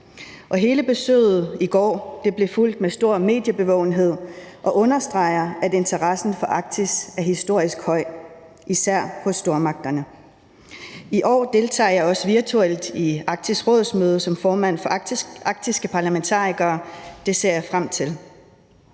hele besøget i går blev fulgt med stor mediebevågenhed og understreger, at hele interessen for Arktis er historisk høj, især hos stormagterne. I år deltager jeg også virtuelt i Arktisk Råds møde som formand for Den Arktiske Parlamentariker Komite. Det ser jeg frem til.